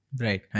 right